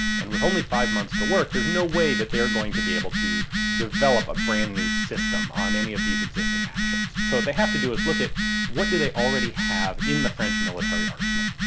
and with only five months to work there's no way that they're going to be able to develop a brand new system on any of these existing actions. so what they have to do is look at what do they already have in the french military arsenal,